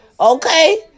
Okay